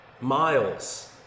miles